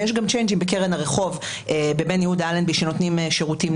ויש גם חלפנים בקרן הרחוב בבן-יהודה אלנבי שנותנים שירותים